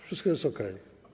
Wszystko jest okej.